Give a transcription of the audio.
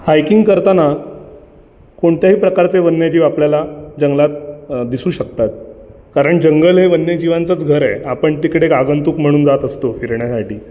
hiking करताना कोणत्याही प्रकारचे वन्य जीव आपल्याला जंगलात दिसू शकतात कारण जंगल हे वन्य जीवांचंच घर आहे आपण तिकडे आगंतुक म्हणून जात असतो फिरण्यासाठी